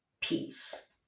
peace